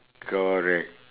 correct